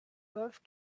golf